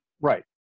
Right